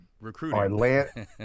Recruiting